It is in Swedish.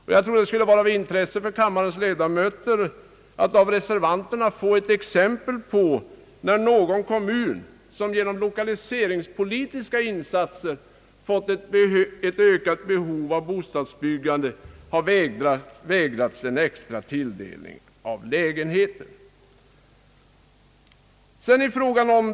Det skulle säkert vara av intresse för kammarens ledamöter att av reservanterna få ett exempel på någon kommun som genom lokaliseringspolitiska insatser fått ett ökat behov av bostadsbyggande och som har vägrats en extra tilldelning av lägenheter.